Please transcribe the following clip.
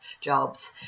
jobs